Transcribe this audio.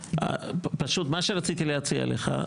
פשוט מה שרציתי להציע לך,